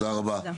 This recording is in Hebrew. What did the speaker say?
תודה רבה,